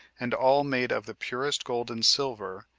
and all made of the purest gold and silver,